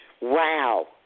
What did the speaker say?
Wow